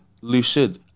lucid